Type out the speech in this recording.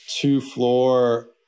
two-floor